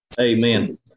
Amen